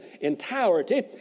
entirety